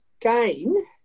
gain